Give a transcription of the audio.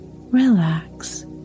...relax